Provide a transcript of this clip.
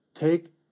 Take